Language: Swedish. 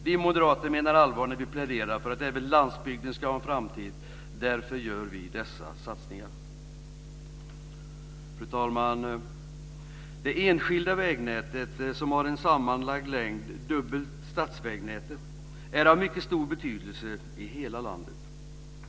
Vi moderater menar allvar när vi pläderar för att även landsbygden ska ha en framtid. Därför gör vi dessa satsningar. Fru talman! Det enskilda vägnätet, som sammanlagt är dubbelt så långt som statsvägnätet, är av mycket stor betydelse i hela landet.